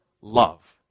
love